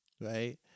Right